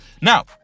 Now